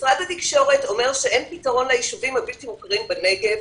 משרד התקשורת אומר שאין פתרון ליישובים הבלתי מוכרים בנגב.